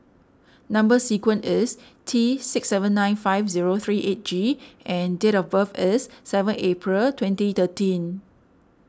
Number Sequence is T six seven nine five zero three eight G and date of birth is seven April twenty thirteen